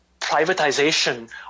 privatization